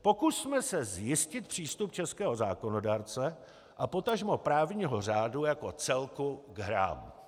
Pokusme se zjistit přístup českého zákonodárce a potažmo právního řádu jako celku k hrám.